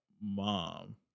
mom